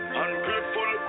ungrateful